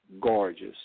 Gorgeous